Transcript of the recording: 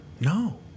No